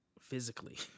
physically